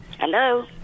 Hello